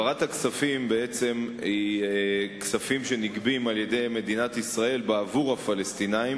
הכספים הם כספים שנגבים על-ידי מדינת ישראל בעבור הפלסטינים,